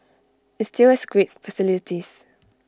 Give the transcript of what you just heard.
IT still has great facilities